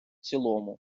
цілому